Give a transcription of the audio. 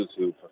YouTube